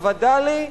הווד"לי,